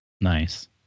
Nice